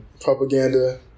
propaganda